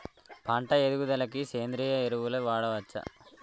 పంట ఎదుగుదలకి సేంద్రీయ ఎరువులు వాడచ్చా?